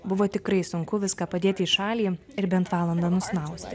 buvo tikrai sunku viską padėti į šalį ir bent valandą nusnausti